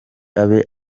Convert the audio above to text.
abe